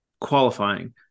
qualifying